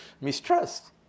mistrust